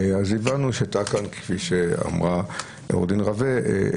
אז הבנו שהייתה כאן כפי שאמרה עו"ד רווה,